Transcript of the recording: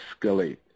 escalate